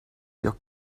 your